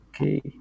okay